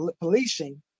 policing